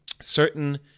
certain